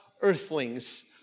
earthlings